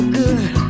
good